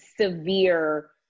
severe